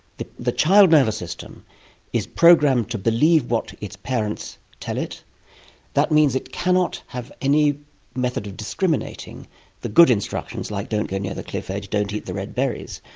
the the child nervous system is programmed to believe what its parents tell it, and that means it cannot have any method of discriminating the good instructions, like don't go near the cliff edge, don't eat the red berries,